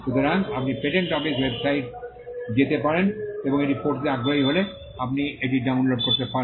সুতরাং আপনি patent office ওয়েবসাইটে যেতে পারেন এবং এটি পড়তে আগ্রহী হলে আপনি এটি ডাউনলোড করতে পারেন